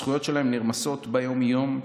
הזכויות שלהם נרמסות ביום-יום,